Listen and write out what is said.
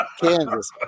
Kansas